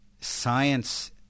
Science